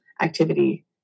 activity